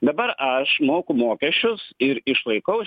dabar aš moku mokesčius ir išlaikau